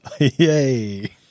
Yay